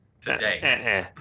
today